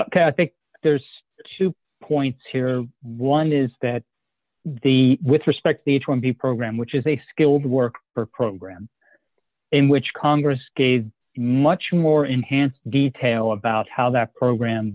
i think there's two points here one is that the with respect the h one b program which is a skilled work program in which congress gave much more enhanced detail about how that program